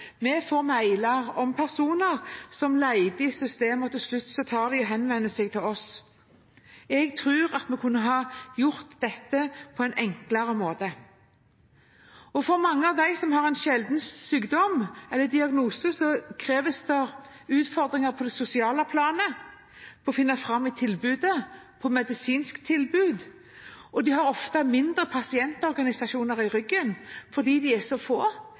systemet – og til slutt henvender de seg til oss. Jeg tror vi kunne ha gjort dette på en enklere måte. Mange av dem som har en sjelden sykdom eller diagnose, har utfordringer på det sosiale planet for å finne fram i de medisinske tilbudene, og de har ofte mindre pasientorganisasjoner i ryggen fordi de er så få.